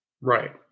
Right